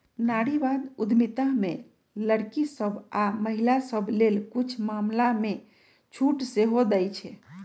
नारीवाद उद्यमिता में लइरकि सभ आऽ महिला सभके लेल कुछ मामलामें छूट सेहो देँइ छै